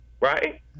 right